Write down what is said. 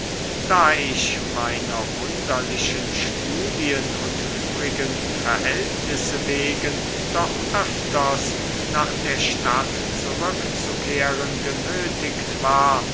meiner wunderlichen studien und übrigen verhältnisse wegen doch öfters nach der stadt zurückzukehren genötigt war